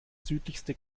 südlichste